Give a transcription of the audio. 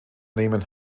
nehmen